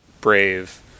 brave